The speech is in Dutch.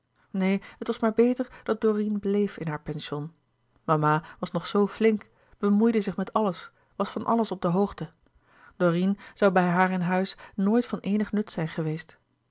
neen het was maar beter dat dorine bleef in haar pension mama was nog zoo flink bemoeide zich met alles was van alles op de hoogte dorine zoû bij haar in huis nooit van eenig nut zijn geweest